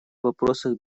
вопросах